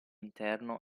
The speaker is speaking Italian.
interno